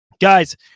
guys